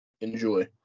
Enjoy